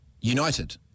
united